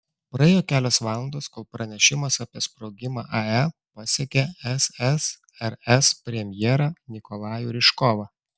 praėjo kelios valandos kol pranešimas apie sprogimą ae pasiekė ssrs premjerą nikolajų ryžkovą